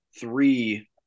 three